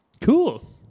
Cool